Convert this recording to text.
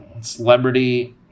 celebrity